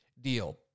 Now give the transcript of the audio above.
deal